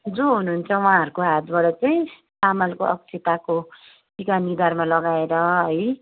जो हुनुहुन्छ उहाँहरूको हातबाट चाहिँ चामलको अक्षताको टिका निधारमा लगाएर है